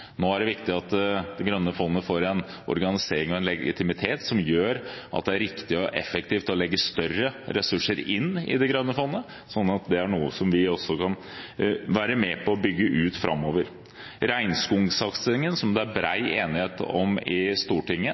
Nå er det viktig at det grønne fondet får en organisering og en legitimitet som gjør at det er riktig og effektivt å legge større ressurser inn i det grønne fondet, så dette er noe som vi også kan være med på å bygge ut framover. Regnskogsatsingen, som det er bred enighet om i Stortinget,